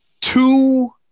Two